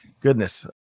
Goodness